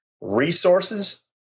resources